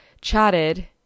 chatted